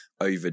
over